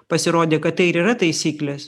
pasirodė kad tai ir yra taisyklės